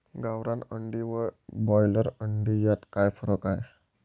गावरान अंडी व ब्रॉयलर अंडी यात काय फरक आहे?